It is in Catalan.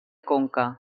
conca